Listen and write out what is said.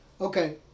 Okay